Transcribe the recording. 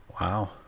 Wow